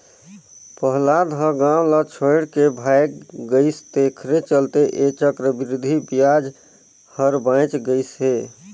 पहलाद ह गाव ल छोएड के भाएग गइस तेखरे चलते ऐ चक्रबृद्धि बियाज हर बांएच गइस हे